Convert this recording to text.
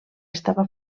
estava